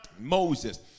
Moses